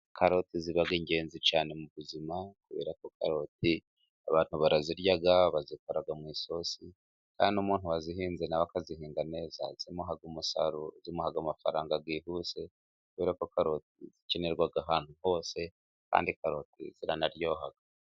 Karoti ziba ari ingenzi cyane mu buzima kubera ko karoti abantu barazirya, bazikorara mo isosi kandi n'umuntu wazihinze nawe akazihinga neza zimuha umusaruro. Zimuha amafaranga yihuse kubera ko zikenerwa ahantu hose kandi karoti ziranaryoha.